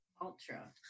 Ultra